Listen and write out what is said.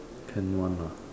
can one lah